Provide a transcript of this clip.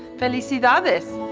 felicidades.